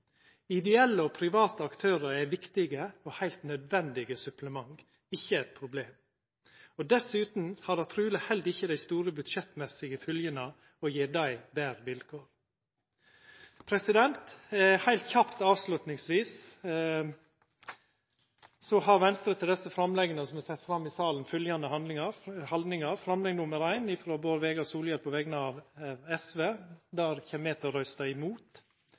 Ideelle og private aktørar er viktige og heilt nødvendige supplement – ikkje eit problem. Dessutan har det truleg heller ikkje dei store budsjettmessige fylgjene å gje dei betre vilkår. Heilt kjapt til slutt vil eg seia at når det gjeld dei framlegga som er sett fram i salen, har Venstre fylgjande haldning: Framlegg nr. 1, frå Bård Vegar Solhjell på vegner av SV, kjem me til å røysta imot.